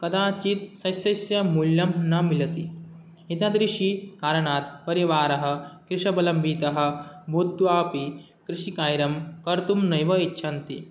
कदाचित् सस्यस्य मूल्यं न मिलति एतादृशः कारणात् परिवारः कृषवलम्बितः भूत्वापि कृषिकार्यं कर्तुं नैव इच्छन्ति